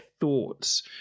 thoughts